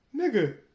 nigga